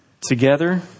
Together